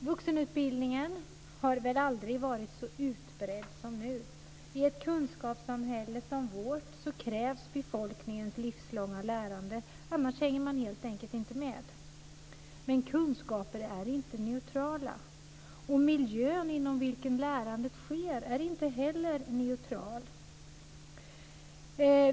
Vuxenutbildningen har väl aldrig varit så utbredd som nu. I ett kunskapssamhälle som vårt krävs befolkningens livslånga lärande, annars hänger man helt enkelt inte med. Men kunskaper är inte neutrala, och miljön inom vilken lärandet sker är inte heller neutral.